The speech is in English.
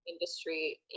industry